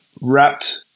wrapped